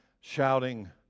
shouting